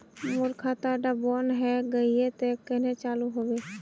मोर खाता डा बन है गहिये ते कन्हे चालू हैबे?